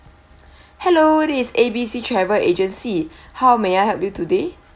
hello it is A B C travel agency how may I help you today